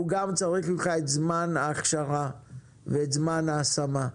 הוא גם צריך ממך את זמן ההכשרה ואת זמן ההשמה.